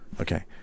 Okay